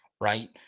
right